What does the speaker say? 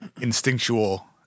instinctual